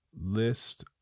List